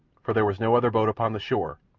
for there was no other boat upon the shore,